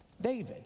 David